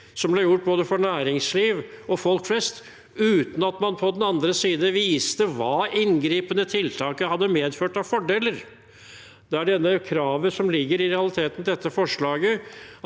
som ble innført både for næringsliv og for folk flest, uten at man på den andre siden viste hva de inngripende tiltakene hadde medført av fordeler. Det er dette kravet som i realiteten ligger i dette forslaget